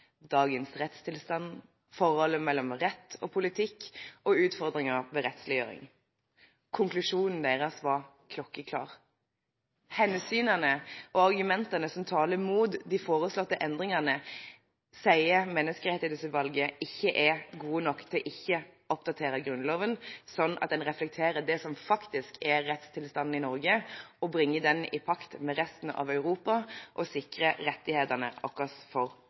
dagens rettstilstand, forholdet mellom rett og politikk og utfordringer ved rettsliggjøring. Konklusjonen deres var klokkeklar: Hensynene og argumentene som taler mot de foreslåtte endringene, sier Menneskerettighetsutvalget ikke er gode nok til ikke å oppdatere Grunnloven, sånn at den reflekterer det som faktisk er rettstilstanden i Norge, og bringer den i pakt med resten av Europa og sikrer rettighetene våre for